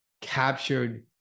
captured